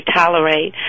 tolerate